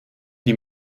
die